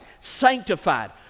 sanctified